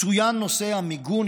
צוין נושא המיגון,